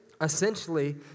Essentially